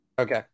Okay